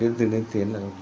நிறுத்து நிறுத்து என்ன